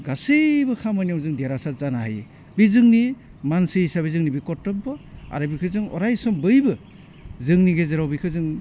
गासैबो खामानियाव जों देरहासार जानो हायो बे जोंनि मानसि हिसाबै जोंनि बे करथब्य आरो बेखौ जों अरायसम बयबो जोंनि गेजेराव बिखौ जों